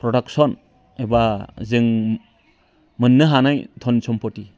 production एबा जों मोननो हानाय धन सम्पति